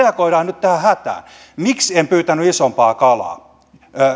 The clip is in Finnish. reagoimme nyt tähän hätään miksi en pyytänyt isompaa kalaa